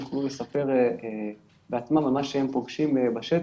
הם יוכלו לספר ממה שהם פוגשים בשטח.